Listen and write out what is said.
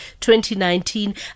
2019